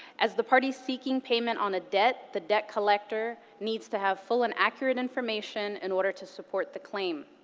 as the parties seeking payment on a debt, the debt collector needs to have full and accurate information in order to support the claim.